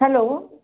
hello